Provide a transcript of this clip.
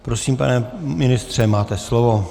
Prosím, pane ministře, máte slovo.